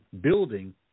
building